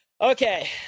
Okay